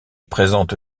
présente